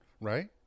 right